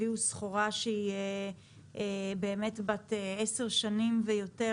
הביאו סחורה שהיא באמת בת עשר שנים ויותר,